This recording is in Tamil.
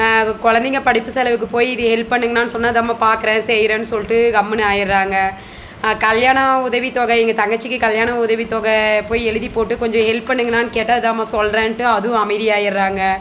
குழந்தைங்க படிப்பு செலவுக்கு போய் இது ஹெல்ப் பண்ணுங்கனானு சொன்னால் இதாமா பார்க்குற செய்கிறன்னு சொல்லிடு கம்முன்னு ஆகிறாங்க கல்யாணம் உதவி தொகை எங்கள் தங்கச்சிக்கி கல்யாணம் உதவி தொகை போய் எழுதி போட்டு கொஞ்சம் ஹெல்ப் பண்ணுங்கணானு கேட்டால் இதாமா சொல்றண்டு அதுவும் அமைதி ஆகிடுறாங்க